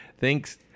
Thanks